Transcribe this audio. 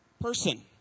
person